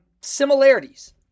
similarities